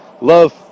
love